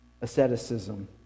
asceticism